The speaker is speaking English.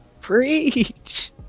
Preach